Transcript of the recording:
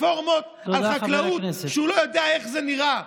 רפורמות על חקלאות כשהוא לא יודע איך זה נראה?